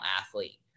athlete